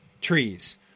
trees